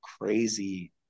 crazy